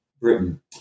Britain